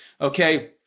okay